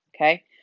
Okay